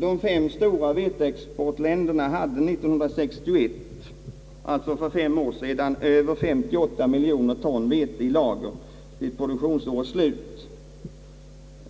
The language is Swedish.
De fem stora veteexportländerna hade år 1961, alltså för fem år sedan, över 58 miljoner ton vete i lager vid produktionsårets slut.